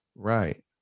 right